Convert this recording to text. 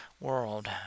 world